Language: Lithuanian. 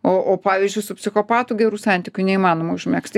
o o pavyzdžiui su psichopatu gerų santykių neįmanoma užmegzti